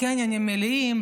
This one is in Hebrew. הקניונים מלאים,